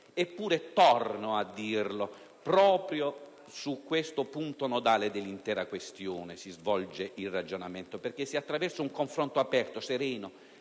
eppure, torno a dirlo, proprio su questo punto nodale dell'intera questione si svolge il ragionamento. Se infatti attraverso un confronto aperto, sereno